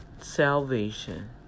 salvation